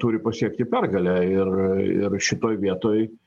turi pasiekti pergalę ir ir šitoj vietoj